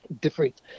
Different